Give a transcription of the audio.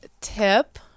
tip